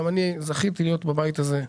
גם אני זכיתי להיות בבית הזה.